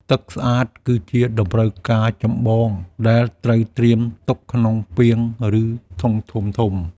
ទឹកស្អាតគឺជាតម្រូវការចម្បងដែលត្រូវត្រៀមទុកក្នុងពាង ឬធុងធំៗ។